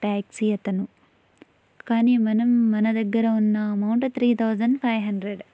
taxi అతను కానీ మనం మన దగ్గర ఉన్న amount three thousand five hundred